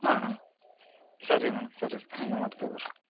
ಹಾಂ ಹಾಂ ಸರಿ ಮೇಡಮ್ ಸರಿ ರೀ ಹಂಗೆ ಮಾಡ್ತೀವಿ ರೀ